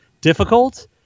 difficult